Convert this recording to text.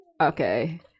Okay